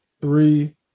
Three